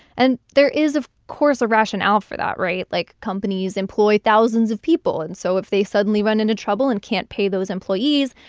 and there is, of course a rationale for that, right? like, companies employ thousands of people. and so if they suddenly run into trouble and can't pay those employees,